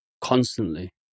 constantly